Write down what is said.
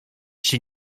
się